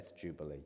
jubilee